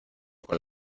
con